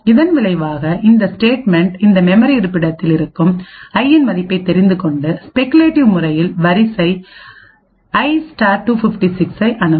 இதன் விளைவாக இந்த ஸ்டேட்மென்ட் இந்த மெமரி இருப்பிடத்தில் இருக்கும் ஐயின் மதிப்பை தெரிந்துகொண்டு ஸ்பெகுலேட்டிவ் முறையில் வரிசை i 256 ஐ அணுகும்